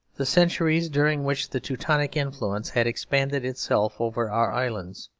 the centuries during which the teutonic influence had expanded itself over our islands.